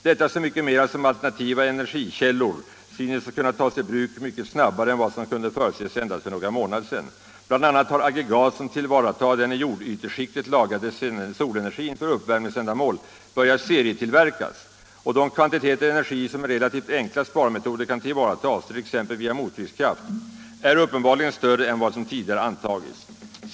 Detta så mycket mera som alternativa energikällor synes kunna tas i bruk mycket snabbare än vad som kunde förutses endast för några månader sedan; bl.a. har aggregat som tillvaratar den i jordyteskiktet lagrade solenergin för uppvärmningsändamål börjat serietillverkas, och de kvantiteter energi som med relativt enkla sparmetoder kan tillvaratas, t.ex. via mottryckskraft, är uppenbarligen större än vad som tidigare antagits.